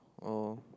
oh